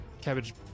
cabbage